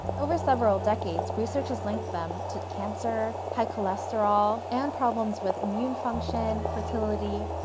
over several decades, research has linked them to cancer, high cholesterol, and problems with immune function, fertility,